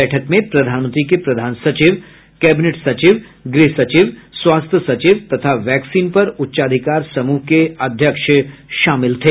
बैठक में प्रधानमंत्री के प्रधान सचिव कैबिनेट सचिव गृहसचिव स्वास्थ्य सचिव तथा वैक्सीन पर उच्चाधिकार समूह के अध्यक्ष शामिल थे